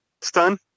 Stun